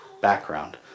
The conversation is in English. background